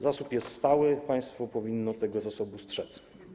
Zasób jest stały, państwo powinno tego zasobu strzec.